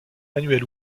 annuelles